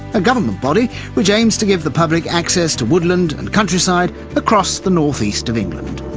a government body which aims to give the public access to woodland and countryside across the northeast of england.